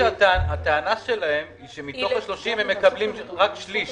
הטענה שלהם היא שמתוך ה-90 הם קיבלו רק שליש.